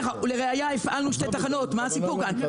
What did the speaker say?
לראייה, הפעלנו שתי תחנות, מה הסיפור כאן?